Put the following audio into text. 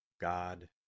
God